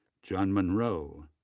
john munroe,